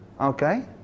Okay